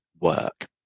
work